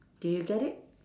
do you get it